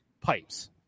pipes